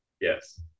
Yes